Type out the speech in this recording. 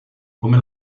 come